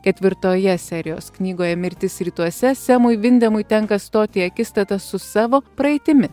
ketvirtoje serijos knygoje mirtis rytuose semui vindemui tenka stoti į akistatą su savo praeitimi